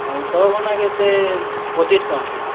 ଅମୃତଭଣ୍ଡା କେତେ ପଚିଶ୍ ଟଙ୍କା ଅଛେ